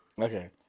okay